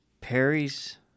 perry's